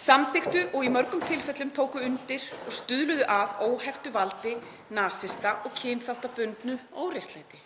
samþykkt og í mörgum tilfellum tekið undir og stuðlað að óheftu valdi nasista og kynþáttabundnu óréttlæti.